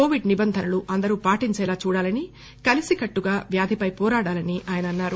Covid నిబంధనలు అందరూ పాటించేలా చూడాలని కలిసికట్టుగా వ్యాధి పై పోరాడాలని ఆయన అన్నారు